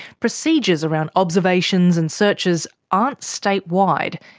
procedures around observations and searches aren't statewide,